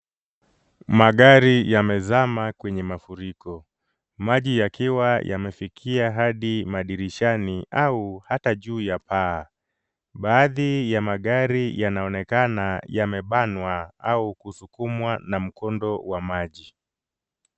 Magari yamezama kwenye mafuriko maji yakiwa yamefikia hadi madirishani au hata juu ya paa. Baadhi ya magari yanaonekana yamebanwa au kuskumwa na mkondo wa maji.